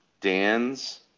Dan's